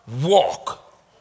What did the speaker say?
walk